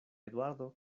eduardo